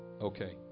Okay